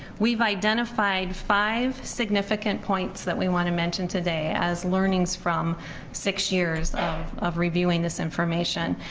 we've identified five significant points that we wanna mention today as learnings from six years of reviewing this information.